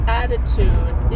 attitude